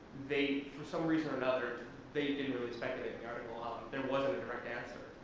they, for some reason or another they didn't really speculate the article out, there wasn't a correct answer,